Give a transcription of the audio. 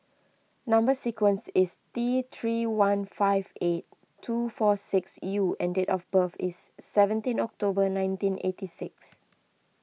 Number Sequence is T three one five eight two four six U and date of birth is seventeen October nineteen eighty six